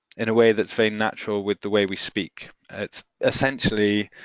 in a way that's very natural with the way we speak. it's essentially